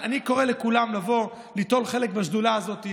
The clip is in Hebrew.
אני קורא לכולם לבוא ליטול חלק בישיבת השדולה הזאת.